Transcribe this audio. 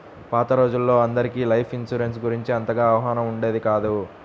పాత రోజుల్లో అందరికీ లైఫ్ ఇన్సూరెన్స్ గురించి అంతగా అవగాహన ఉండేది కాదు